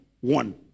one